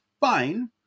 fine